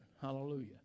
Hallelujah